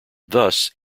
thus